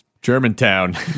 Germantown